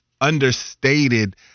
understated